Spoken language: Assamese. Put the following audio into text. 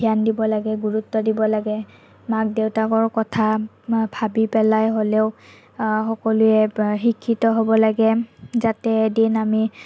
ধ্যান দিব লাগে গুৰুত্ব দিব লাগে মাক দেউতাকৰ কথা ভাবি পেলাই হ'লেও সকলোৱে শিক্ষিত হ'ব লাগে যাতে এদিন আমি